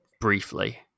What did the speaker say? briefly